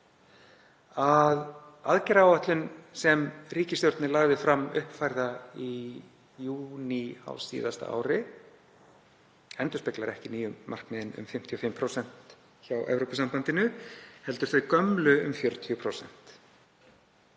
að aðgerðaáætlun sem ríkisstjórnin lagði fram uppfærða í júní á síðasta ári endurspeglar ekki nýju markmiðin um 55% hjá Evrópusambandinu heldur þau gömlu, um 40%.